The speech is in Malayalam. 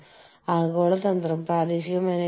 പിന്നെ അടുത്ത ഘട്ടം ആഗോളതലത്തിൽ ജനിക്കുക എന്നതാണ്